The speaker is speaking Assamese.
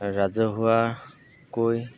ৰাজহুৱাকৈ